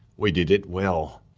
we did it well.